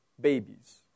babies